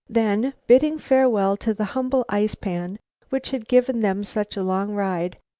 then, bidding farewell to the humble ice-pan which had given them such a long ride,